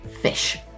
fish